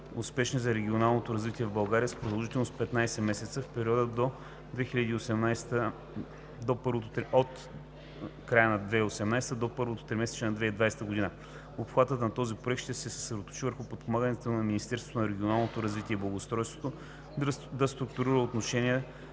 за регионалното развитие в България“ с продължителност 15 месеца – в периода от края на 2018 г. до първото тримесечие на 2020 г. Обхватът на този проект ще се съсредоточи върху подпомагането на Министерството на регионалното развитие и благоустройството да структурира отношенията